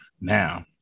Now